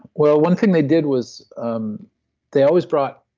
well, one thing they did was um they always brought,